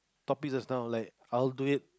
topics just now like I'd do it